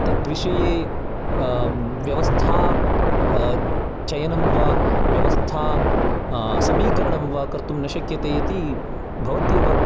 तद्विषये व्यवस्था चयनं वा व्यवस्था समीकरणं वा कर्तुं न शक्यते इति भवत्येव